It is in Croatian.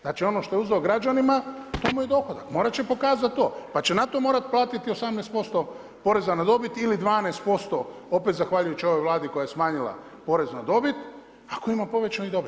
Znači ono što je uzeo građanima to mu je dohodak, morati će pokazati to, pa će na to morati platiti 18% poreza na dobit ili 12% opet zahvaljujući ovoj vladi koja je smanjila porez na dobit, ako ima povećanu dobit.